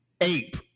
ape